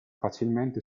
facilmente